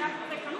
אני לא רוצה.